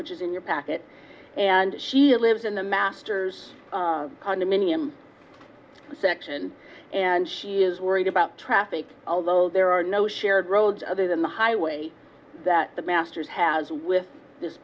which is in your packet and she lives in the master's condominium section and she is worried about traffic although there are no shared roads other than the highway that the masters has with this